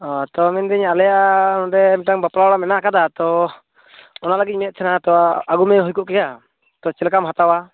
ᱚ ᱛᱳ ᱢᱮᱱᱮᱫᱟᱹᱧ ᱟᱞᱮᱭᱟᱜ ᱚᱸᱰᱮ ᱢᱤᱫᱴᱟᱝ ᱵᱟᱯᱞᱟ ᱚᱲᱟᱜ ᱟᱠᱟᱫᱟ ᱛᱳ ᱚᱱᱟ ᱞᱟᱹᱜᱤᱫ ᱤᱧ ᱢᱮᱱᱮᱫ ᱛᱟᱦᱮᱱᱟ ᱛᱳ ᱟᱹᱜᱩ ᱢᱮ ᱦᱩᱭ ᱠᱚᱜ ᱠᱮᱭᱟ ᱛᱳ ᱪᱮᱫ ᱞᱮᱠᱟᱢ ᱦᱟᱛᱟᱣᱟ